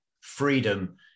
freedom